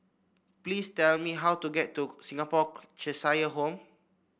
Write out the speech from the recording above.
please tell me how to get to Singapore Cheshire Home